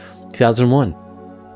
2001